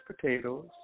potatoes